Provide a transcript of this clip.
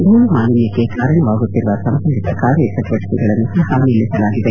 ದೂಳು ಮಾಲಿನ್ಟಕ್ಕೆ ಕಾರಣವಾಗುತ್ತಿರುವ ಸಂಬಂಧಿತ ಕಾರ್ಯಚಟುವಟಕೆಗಳನ್ನು ಸಹ ನಿಲ್ಲಿಸಲಾಗಿದೆ